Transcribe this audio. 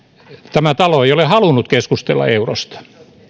tämä talo ei ole halunnut keskustella eurosta